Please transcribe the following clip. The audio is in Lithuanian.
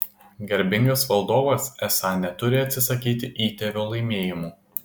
garbingas valdovas esą neturi atsisakyti įtėvio laimėjimų